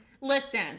Listen